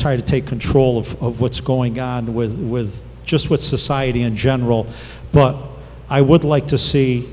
try to take control of what's going on with with just what society in general but i would like to see